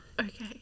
okay